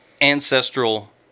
ancestral